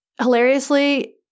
Hilariously